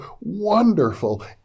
wonderful